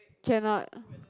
cannot